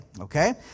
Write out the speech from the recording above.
Okay